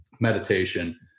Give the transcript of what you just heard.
meditation